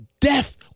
death